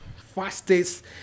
fastest